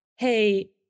Hey